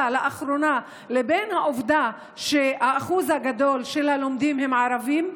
לאחרונה לבין העובדה שהאחוז הגדול של הלומדים הם ערבים?